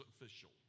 official